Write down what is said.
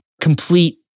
complete